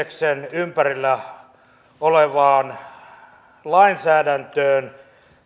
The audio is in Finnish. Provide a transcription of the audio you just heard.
ympärillä olevaan lainsäädäntöön